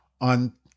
on